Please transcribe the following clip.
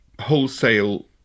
wholesale